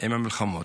עם המלחמות.